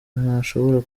ntashobora